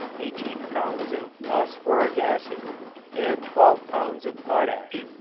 eighteen pounds of phosphoric acid and twelve pounds of potash.